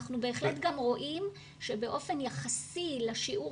אנחנו בהחלט גם רואים שבאופן יחסי לשיעור